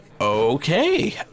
Okay